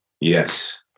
Yes